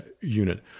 Unit